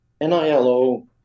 N-I-L-O